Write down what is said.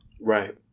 Right